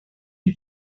you